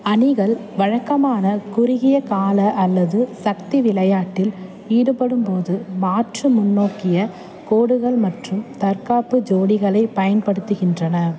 அணிகள் வழக்கமாக குறுகிய கால அல்லது சக்தி விளையாட்டில் ஈடுபடும்போது மாற்று முன்னோக்கிய கோடுகள் மற்றும் தற்காப்பு ஜோடிகளை பயன்படுத்துகின்றன